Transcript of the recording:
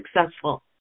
successful